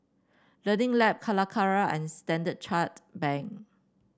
Learning Lab Calacara and Standard Chartered Bank